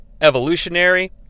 Evolutionary